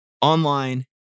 online